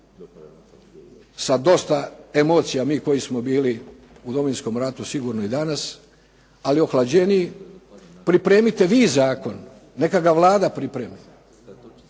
sa dosta emocija, mi koji smo bili u Domovinskom ratu sigurno i danas, ali ohlađeniji, pripremite vi zakon. Neka ga Vlada pripremi.